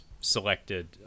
selected